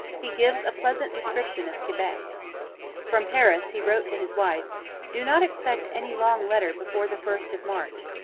he gives a pleasant description of quebec from paris he wrote to his wife do not expect any long letter before the first of march.